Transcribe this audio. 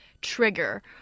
trigger